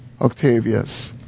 Octavius